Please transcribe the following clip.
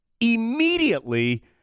immediately